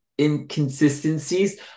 inconsistencies